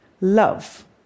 Love